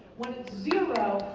when it's zero,